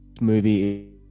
movie